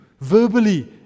verbally